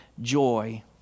joy